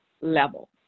level